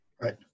Right